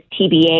TBA